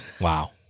Wow